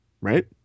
right